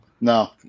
No